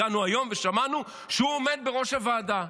הגענו היום ושמענו שהוא עומד בראש הוועדה,